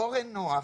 אורן נח,